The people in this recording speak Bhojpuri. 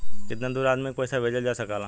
कितना दूर आदमी के पैसा भेजल जा सकला?